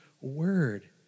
word